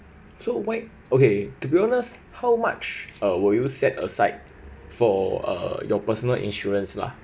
so why okay to be honest how much uh will you set aside for uh your personal insurance lah